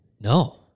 No